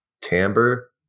timbre